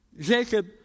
Jacob